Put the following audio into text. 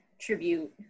tribute